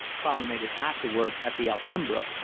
promenaded afterwards at the alhambra,